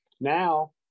now